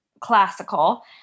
classical